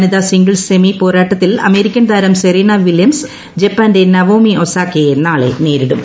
വനിതാ singles semi പോരാട്ടത്തിൽ American താരം സെറീന വില്ല്യംസ് ജപ്പാന്റെ നവോമി ഒസാക്കയെ നാളെ നേരിടും